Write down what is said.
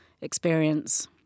experience